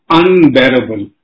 unbearable